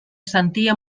sentia